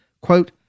quote